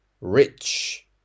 rich